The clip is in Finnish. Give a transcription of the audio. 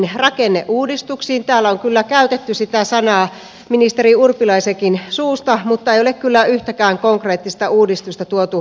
täällä on kyllä käytetty sitä sanaa ministeri urpilaisenkin suusta mutta ei ole kyllä yhtäkään konkreettista uudistusta tuotu esille